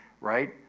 right